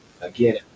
again